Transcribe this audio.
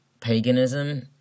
paganism